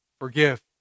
forgive